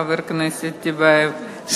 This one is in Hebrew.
חבר הכנסת טיבייב,